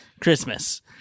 christmas